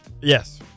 Yes